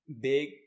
big